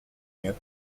mieux